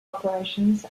operations